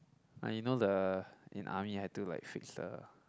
like you know the in army I had to like fix the